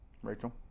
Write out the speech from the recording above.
Rachel